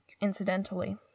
incidentally